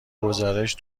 گزارش